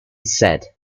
said